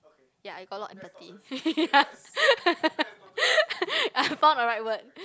yeah he got a lot of empathy I found a right word